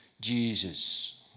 Jesus